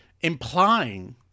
implying